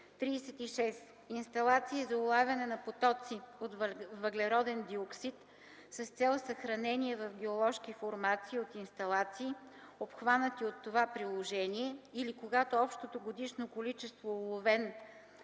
36. Инсталации за улавяне на потоци от CO2 с цел съхранение в геоложки формации от инсталации, обхванати от това приложение, или когато общото годишно количество уловен